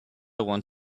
want